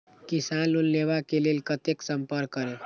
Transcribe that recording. किसान लोन लेवा के लेल कते संपर्क करें?